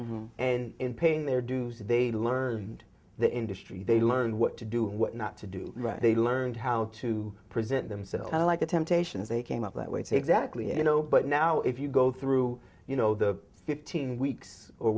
dues and in paying their dues they learned the industry they learned what to do and what not to do they learned how to present themselves like the temptations they came up that way to exactly you know but now if you go through you know the fifteen weeks or